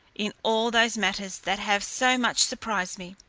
in all those matters that have so much surprised me.